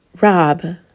Rob